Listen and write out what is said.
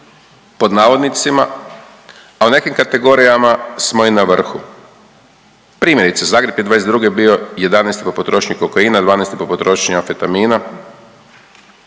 pod navodnicima, a u nekim kategorijama smo i na vrhu. Primjerice, Zagreb je '22. bio 11. po potrošnji kokaina, 12. po potrošnji amfetamina,